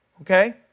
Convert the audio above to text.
okay